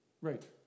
Right